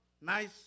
nice